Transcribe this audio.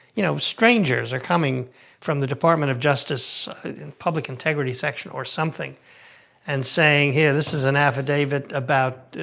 you know, strangers are coming from the department of justice public integrity section or something and saying, here, this is an affidavit about,